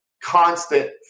constant